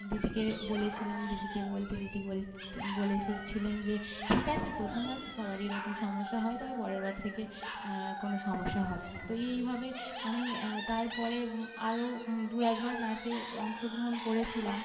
দিদিকে বলেছিলাম দিদিকে বলতে দিদি বলতেন বলেছে ছিলেন যে ঠিক আছে প্রথমবার তো সবারই এরকম সমস্যা হয় তবে পরেরবার থেকে কোনও সমস্যা হবে না তো এইভাবে আমি তারপরে আরও দুই একবার নাচে অংশগ্রহণ করেছিলাম